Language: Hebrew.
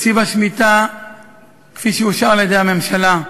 תקציב השמיטה כפי שאושר על-ידי הממשלה,